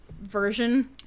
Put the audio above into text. version